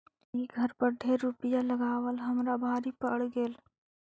ई घर पर ढेर रूपईया लगाबल हमरा भारी पड़ गेल